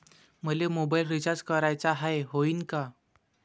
मले mobile recharge कराचा हाय, होईनं का?